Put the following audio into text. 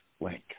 link